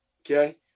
Okay